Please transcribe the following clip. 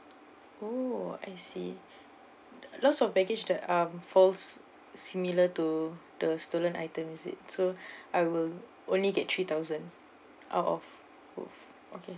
oh I see loss of baggage that um falls similar to the stolen item is it so I will only get three thousand out of both okay